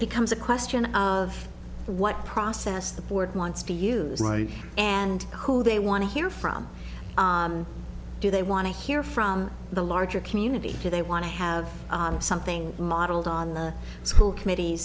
becomes a question of what process the board wants to use right and who they want to hear from do they want to hear from the larger community do they want to have something modeled on the school committee